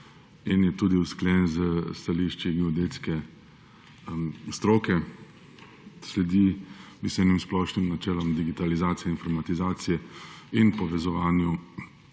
in je tudi usklajen s stališči geodetske stroke. Sledi splošnim načelom digitalizacije, informatizacije in povezovanja